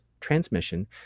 transmission